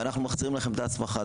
ואנחנו מחזירים לכם את ההסמכה,